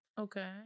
Okay